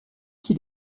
qui